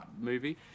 movie